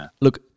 Look